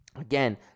again